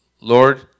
Lord